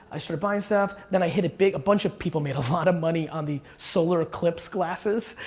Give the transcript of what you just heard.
i started buying stuff, then i hit it big, a bunch of people made a lot of money on the solar eclipse glasses.